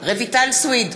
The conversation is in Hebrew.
רויטל סויד,